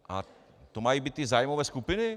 A to mají být ty zájmové skupiny?